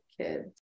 kids